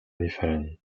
diferent